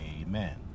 amen